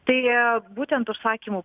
tai būtent užsakymų